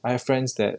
I have friends that